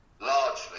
largely